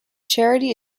charity